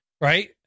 Right